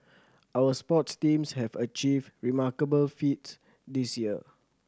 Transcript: our sports teams have achieved remarkable feats this year